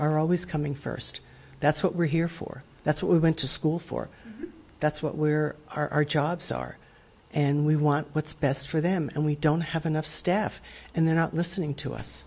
are always coming first that's what we're here for that's what we went to school for that's what where our jobs are and we want what's best for them and we don't have enough staff and they're not listening to us